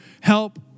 help